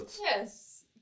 Yes